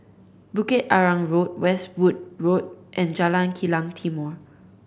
Bukit Arang Road Westwood Road and Jalan Kilang Timor